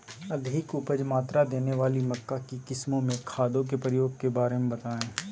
अधिक उपज मात्रा देने वाली मक्का की किस्मों में खादों के प्रयोग के बारे में बताएं?